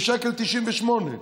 הוא 1.98 שקל,